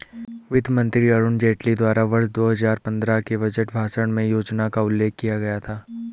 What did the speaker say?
वित्त मंत्री अरुण जेटली द्वारा वर्ष दो हजार पन्द्रह के बजट भाषण में योजना का उल्लेख किया गया था